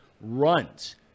runs